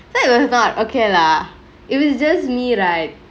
so it was not okay lah if it's just me right